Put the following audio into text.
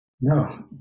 No